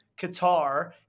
Qatar